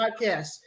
podcast